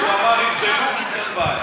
הוא אמר: אם זה "לוקס" אין בעיה.